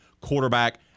quarterback